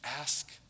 ask